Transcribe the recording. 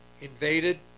invaded